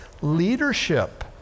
leadership